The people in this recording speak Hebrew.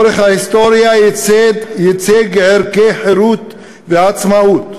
שלאורך ההיסטוריה ייצג ערכי חירות ועצמאות,